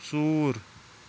ژوٗر